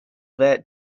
that